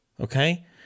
okay